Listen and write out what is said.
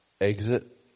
Exit